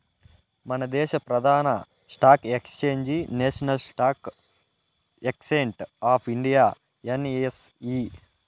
మనదేశ ప్రదాన stock exchange national stock exchange of India NSE